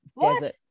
desert